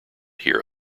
hear